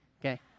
Okay